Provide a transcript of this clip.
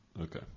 Okay